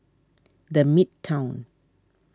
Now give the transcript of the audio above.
the Midtown